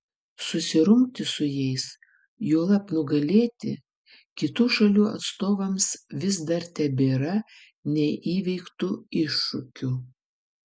susirungti su jais juolab nugalėti kitų šalių atstovams vis dar tebėra neįveiktu iššūkiu